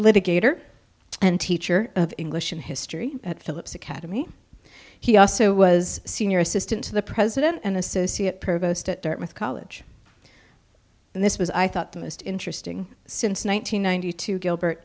litigator and teacher of english in history at phillips academy he also was senior assistant to the president and associate provost at dartmouth college and this was i thought the most interesting since one thousand nine hundred two gilbert